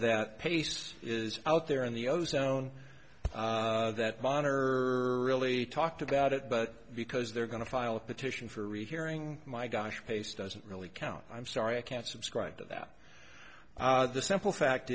that pace is out there in the ozone that monitor really talked about it but because they're going to file a petition for rehearing my gosh pace doesn't really count i'm sorry i can't subscribe to that the simple fact